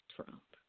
Trump